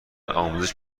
آموزش